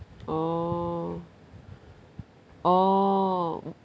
orh orh